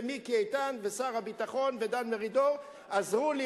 ומיקי איתן ושר הביטחון ודן מרידור עזרו לי